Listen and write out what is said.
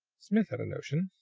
smith had a notion.